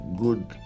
good